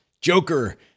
Joker